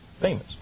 famous